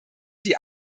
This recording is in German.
die